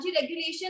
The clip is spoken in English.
regulation